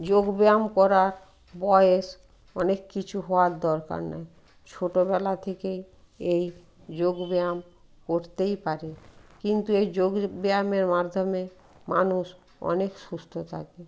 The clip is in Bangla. যোগ ব্যায়াম করার বয়েস অনেক কিছু হওয়ার দরকার নাই ছোটোবেলা থেকেই এই যোগ ব্যায়াম করতেই পারে কিন্তু এই যোগ ব্যায়ামের মাধ্যমে মানুষ অনেক সুস্থ থাকে